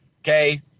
Okay